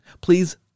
Please